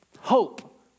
hope